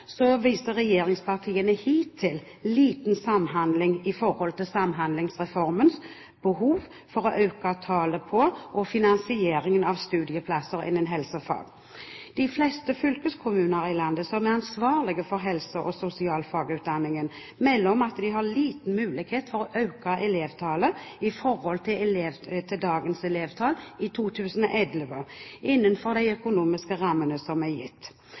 viser regjeringspartiene hittil liten samhandling i forhold til Samhandlingsreformens behov for å øke tallet på og finansieringen av studieplasser innen helsefag. De fleste fylkeskommuner i landet, som er ansvarlige for helse- og sosialfagutdanningen, melder om at de har liten mulighet til å øke elevtallet i 2011 i forhold til dagens elevtall, innenfor de økonomiske rammene som er gitt.